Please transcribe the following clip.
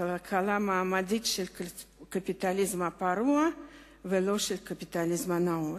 זאת חזרה לכלכלה המעמדית של הקפיטליזם הפרוע ולא של הקפיטליזם הנאור.